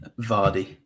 Vardy